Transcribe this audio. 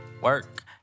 work